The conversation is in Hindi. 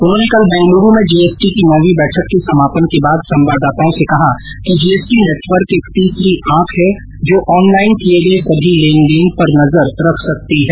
उन्होंने कल बेंगलुरू में जीएसटी की नौवी बैठक के समापन के बाद संवाददाताओं से कहा कि जीएसटी नेटवर्क एक तीसरी आंख है जो ऑनलाइन किए गए सभी लेन देन पर नज़र रख सकती है